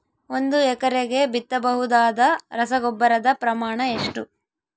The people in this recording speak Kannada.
ಒಂದು ಎಕರೆಗೆ ಬಿತ್ತಬಹುದಾದ ರಸಗೊಬ್ಬರದ ಪ್ರಮಾಣ ಎಷ್ಟು?